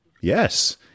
Yes